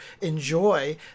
enjoy